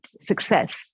success